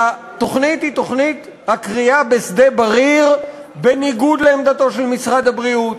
תוכנית הכרייה בשדה-בריר היא בניגוד לעמדתו של משרד הבריאות,